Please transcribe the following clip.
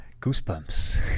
goosebumps